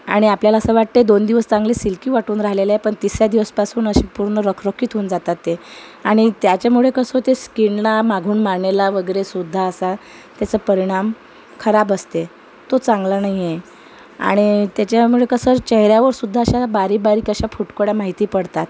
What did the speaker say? आणि आपल्याला असे वाटते दोन दिवस चांगले सिल्की वाटून राह्यलेलं आहे पण तिसऱ्या दिवस पासून अशे पूर्ण रखरखीत होऊन जातात ते आणि त्याच्यामुळे कसं होते स्कीनला मागून मानेला वगैरे सुद्धा असा त्याचा परिणाम खराब असते तो चांगला नाहीये आणि त्याच्यामुळे कसं चेहऱ्यावर सुद्धा अशा बारीकबारीक अशा फुटकुळ्या माहिती पडतात